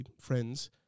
friends